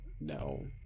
no